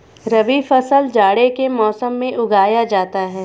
रबी फसल जाड़े के मौसम में उगाया जाता है